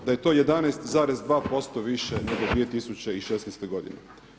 Da je to 11,2% više nego 2016. godine.